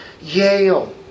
Yale